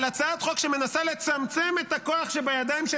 על הצעת חוק שמנסה לצמצם את הכוח שבידיים של